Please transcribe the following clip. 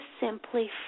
simply